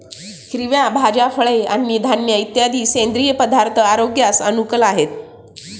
हिरव्या भाज्या, फळे आणि धान्य इत्यादी सेंद्रिय पदार्थ आरोग्यास अनुकूल आहेत